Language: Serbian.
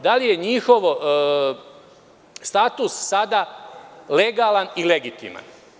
Da li je njihov status sada legalan i legitiman?